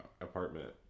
apartment